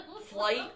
Flight